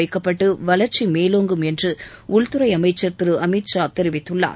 வைக்கப்பட்டு வளர்ச்சி மேலோங்கும் என்று உள்துறை அமைச்சர் திரு அமித்ஷா தெரிவித்துள்ளார்